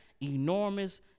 enormous